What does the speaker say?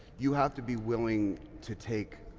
you have to be willing to take